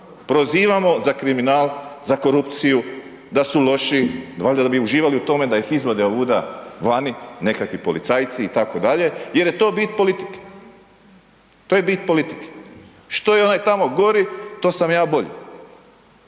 prozivamo za kriminal, za korupciju, da su loši, valjda da bi uživali u tome da ih izvode ovuda vani nekakvi policajci itd. jer je to bit politike, to je bit politike. Što je onaj tamo gori to sam ja bolji